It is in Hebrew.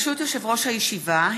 ברשות יושב-ראש הכנסת,